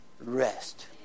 rest